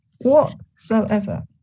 whatsoever